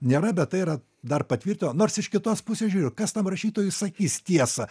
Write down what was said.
nėra bet tai yra dar patvirtino nors iš kitos pusės žiūriu kas tam rašytojui sakys tiesą